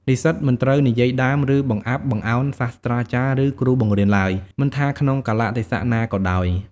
និស្សិតមិនត្រូវ និយាយដើម ឬបង្អាប់បង្អោន សាស្រ្តាចារ្យ ឬគ្រូបង្រៀនឡើយ មិនថាក្នុងកាលៈទេសៈណាក៏ដោយ។